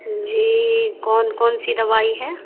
جی کون کون سی دوائی ہے